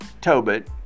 Tobit